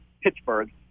Pittsburgh